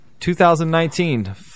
2019